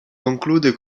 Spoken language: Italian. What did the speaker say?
conclude